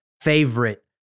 favorite